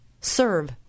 serve